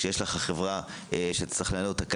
כשיש לך חברה שזה צריך לעניין אותה כלכלית,